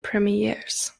premieres